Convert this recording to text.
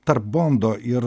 tarp bondo ir